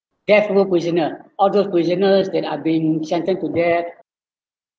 death of prisoner all those prisoners that are been sentence to death